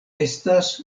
estas